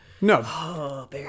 No